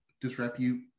disrepute